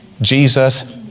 Jesus